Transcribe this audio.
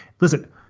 Listen –